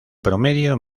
promedio